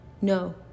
No